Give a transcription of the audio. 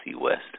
West